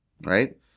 Right